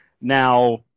now